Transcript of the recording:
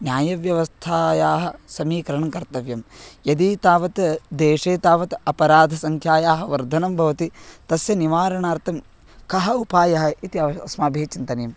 न्यायव्यवस्थायाः समीकरणं कर्तव्यं यदी तावत् देशे तावत् अपराधसङ्ख्यायाः वर्धनं भवति तस्य निवारणार्थं कः उपायः इति अवश्यम् अस्माभिः चिन्तनीयं